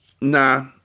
Nah